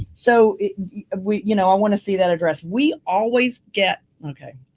so we, you know, i want to see that address. we always get, okay,